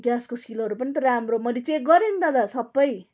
ग्यासको सिलहरू पनि त राम्रो मैले चेक गरेँ नि दादा सबै